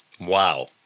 Wow